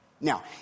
Now